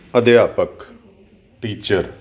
ਅਧਿਆਪਕ ਟੀਚਰ